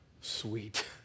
sweet